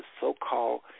so-called